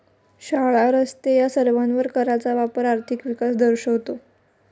शाळा, रस्ते या सर्वांवर कराचा वापर आर्थिक विकास दर्शवतो